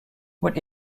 what